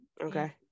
okay